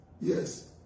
Yes